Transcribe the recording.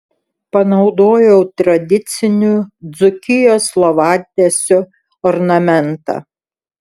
panaudojau tradicinių dzūkijos lovatiesių ornamentą